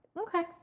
Okay